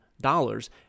dollars